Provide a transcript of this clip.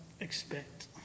expect